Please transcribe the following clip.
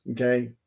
okay